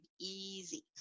easy